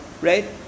right